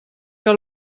que